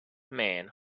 man